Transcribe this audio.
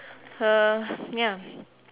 uh ya